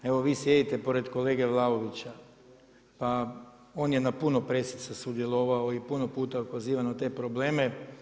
Evo vi sjedite pored kolege Vlaovića, pa on je na puno preslica sudjelovao i puno puta pozivan od te probleme.